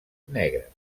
negres